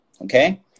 okay